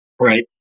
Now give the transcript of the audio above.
right